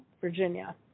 Virginia